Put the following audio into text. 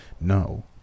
No